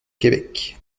québec